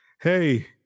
hey